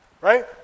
Right